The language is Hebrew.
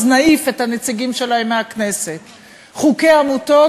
אז נעיף את הנציגים שלהם מהכנסת"; חוקי עמותות,